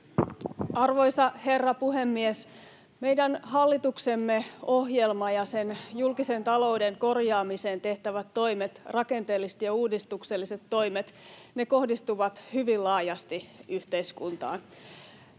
Arvoisa herra puhemies! Meidän hallituksemme ohjelma ja sen julkisen talouden korjaamiseen tehtävät toimet, rakenteelliset ja uudistukselliset toimet, kohdistuvat hyvin laajasti yhteiskuntaan.